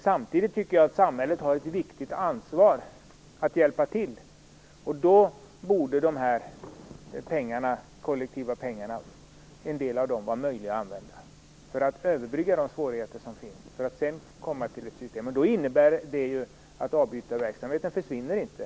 Samtidigt tycker jag att det är ett viktigt samhällsansvar att hjälpa till. Då borde en del av de här kollektiva pengarna vara möjliga att använda för att överbrygga de svårigheter som finns och för att sedan komma fram till ett system. Det innebär ju också att avbytarverksamheten inte försvinner.